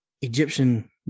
Egyptian